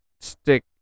stick